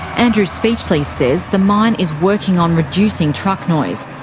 andrew speechley says the mine is working on reducing truck noise.